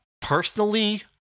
Personally